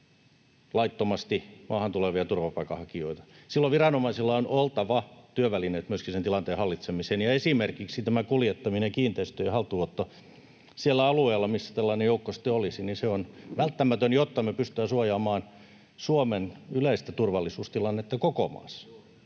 laittomasti huomattava määrä turvapaikanhakijoita, silloin viranomaisilla on oltava työvälineet myöskin sen tilanteen hallitsemiseen, ja esimerkiksi kuljettaminen ja kiinteistöjen haltuunotto siellä alueella, missä tällainen joukko sitten olisi, on välttämätöntä, jotta me pystytään suojaamaan Suomen yleistä turvallisuustilannetta koko maassa.